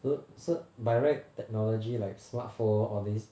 so so by right technology like smartphone all these